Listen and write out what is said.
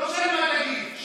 לא משנה מה תגיד.